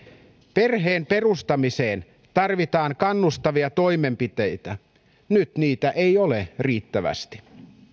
perheen perustamiseen tarvitaan kannustavia toimenpiteitä nyt niitä ei ole riittävästi